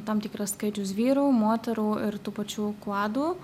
tam tikras skaičius vyrų moterų ir tų pačių kvadų